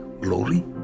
glory